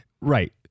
Right